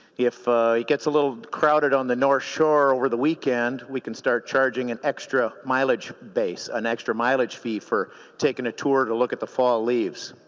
if it gets a little crowded on the north shore over the weekend we can start charging an extra mileage basin extra mileage fee for taking a tour to look at the fall leaves.